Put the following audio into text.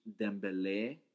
Dembele